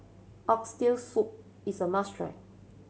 Oxtail Soup is a must try